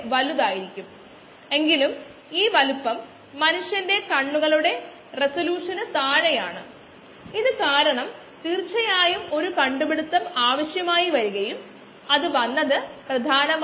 ഇൻപുട്ടിന്റെ റേറ്റ് ഇല്ല output rate ഇല്ല കാരണം ഇത് ഒരു ബാച്ചാണ് അതാണ് ഒരു ബാച്ചിന്റെ അടിസ്ഥാന നിർവചനം